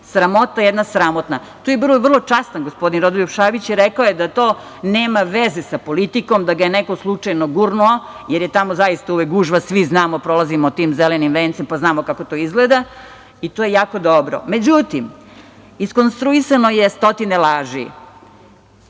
Sramota jedna sramotna. Tu je bio vrlo častan gospodin Šabić koji je rekao da to nema veze sa politikom, da ga je neko slučajno gurnuo, jer je tamo uvek gužva, svi znamo, prolazimo tim Zelenim vencem, pa znamo kako to izgleda, i to je jako dobro. Međutim, iskonstruisano je stotine laži,